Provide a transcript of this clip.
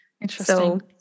Interesting